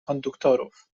konduktorów